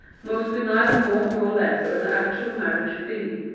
must be neither more nor less than the actual marriage fee.